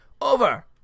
over